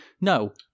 No